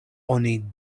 oni